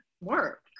work